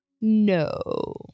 No